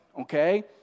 okay